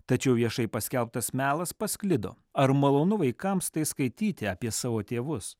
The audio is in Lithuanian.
tačiau viešai paskelbtas melas pasklido ar malonu vaikams tai skaityti apie savo tėvus